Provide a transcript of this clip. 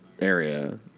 area